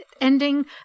ending